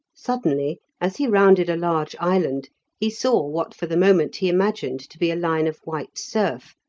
suddenly as he rounded a large island he saw what for the moment he imagined to be a line of white surf,